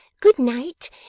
Good-night